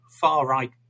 far-right